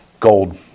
gold